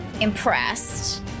impressed